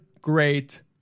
great